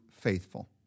faithful